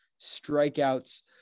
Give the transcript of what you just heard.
strikeouts